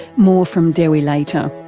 more from dewi later.